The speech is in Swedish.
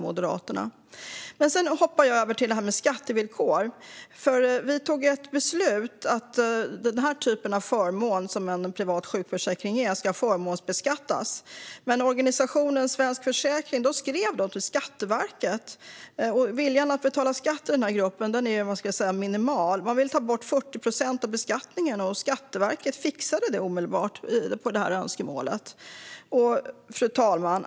Jag hoppar över till frågan om skattevillkor. Vi tog ett beslut om att den typ av förmån som en privat sjukförsäkring är ska förmånsbeskattas, men organisationen Svensk Försäkring skrev då till Skatteverket. Viljan att betala skatt är minimal i denna grupp. Man vill ta bort 40 procent av beskattningen, och Skatteverket fixade det omedelbart efter detta önskemål. Fru talman!